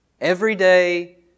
Everyday